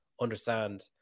understand